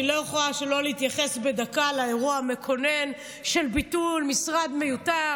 אני לא יכולה שלא להתייחס בדקה לאירוע המכונן של ביטול משרד מיותר,